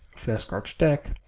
flashcard deck,